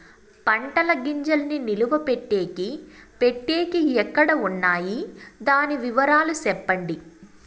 పంటల గింజల్ని నిలువ పెట్టేకి పెట్టేకి ఎక్కడ వున్నాయి? దాని వివరాలు సెప్పండి?